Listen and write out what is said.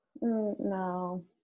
No